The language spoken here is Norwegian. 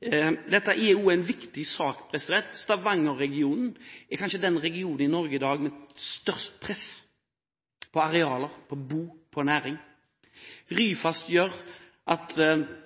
Dette er en viktig sak. Stavanger-regionen er kanskje den regionen i Norge i dag med størst press på arealer når det gjelder bolig og næring. Ryfast gjør at